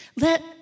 Let